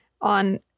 on